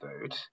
food